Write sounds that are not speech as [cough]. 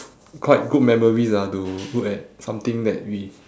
[noise] quite good memories ah to look at something that we